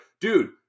dude